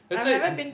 that's why